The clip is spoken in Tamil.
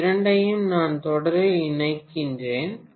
இந்த இரண்டையும் நான் தொடரில் இணைக்கிறேன்